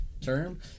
term